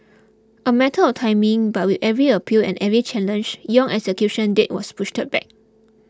a matter of timing But with every appeal and every challenge Yong's execution date was pushed back